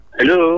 Hello